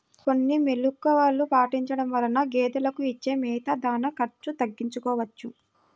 కొన్ని మెలుకువలు పాటించడం వలన గేదెలకు ఇచ్చే మేత, దాణా ఖర్చు తగ్గించుకోవచ్చును